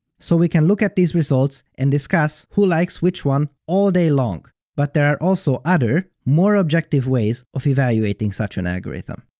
so we can look at these results and discuss who likes which one all day long, but there are also other, more objective ways of evaluating such an algorithm.